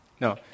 No